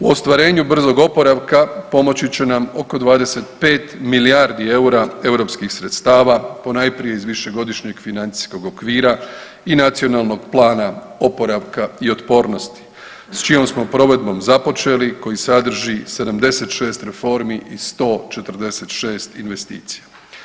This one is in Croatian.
U ostvarenju brzog oporavka pomoći će nam oko 25 milijardi EUR-a europskih sredstava ponajprije iz višegodišnjeg financijskog okvira i Nacionalnog plana oporavka i otpornosti s čijom smo provedbom započeli, koji sadrži 76 reformi i 146 investicija.